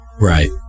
Right